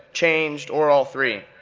changed, or all three.